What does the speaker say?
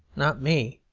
not me,